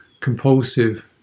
compulsive